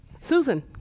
Susan